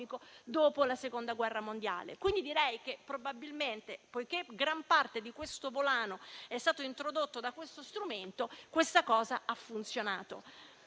dopo la seconda guerra mondiale. Quindi, probabilmente, poiché gran parte di questo volano è stato introdotto da questo strumento, ciò ha funzionato.